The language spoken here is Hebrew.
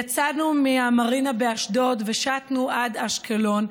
יצאנו מהמרינה באשדוד ושטנו עד אשקלון.